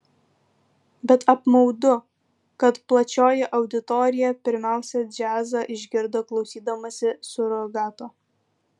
bet apmaudu kad plačioji auditorija pirmiausia džiazą išgirdo klausydamasi surogato